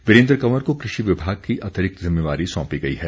वीरेन्द्र कंवर को कृषि विभाग की अतिरिक्त जिम्मेवारी सौंपी गई है